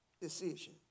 decision